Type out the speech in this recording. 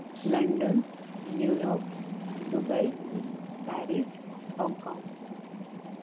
London New York Dubai Paris Hong Kong